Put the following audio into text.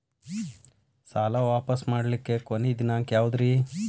ಸಾಲಾ ವಾಪಸ್ ಮಾಡ್ಲಿಕ್ಕೆ ಕೊನಿ ದಿನಾಂಕ ಯಾವುದ್ರಿ?